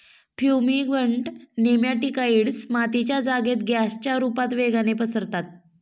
fumigant nematicides मातीच्या जागेत गॅसच्या रुपता वेगाने पसरतात